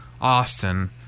Austin